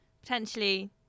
potentially